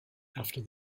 after